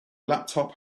laptop